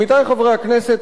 עמיתי חברי הכנסת,